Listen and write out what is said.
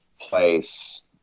place